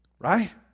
Right